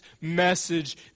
message